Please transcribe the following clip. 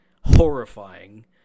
horrifying